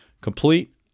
complete